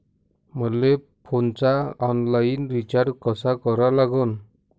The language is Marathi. मले फोनचा ऑनलाईन रिचार्ज कसा करा लागन?